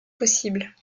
possible